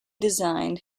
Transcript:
designed